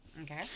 Okay